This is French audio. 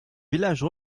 village